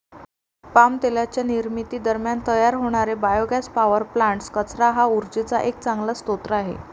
palm तेलाच्या निर्मिती दरम्यान तयार होणारे बायोगॅस पॉवर प्लांट्स, कचरा हा उर्जेचा एक चांगला स्रोत आहे